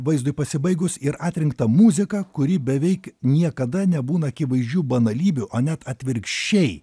vaizdui pasibaigus ir atrinktą muziką kuri beveik niekada nebūna akivaizdžių banalybių o net atvirkščiai